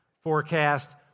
forecast